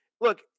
look –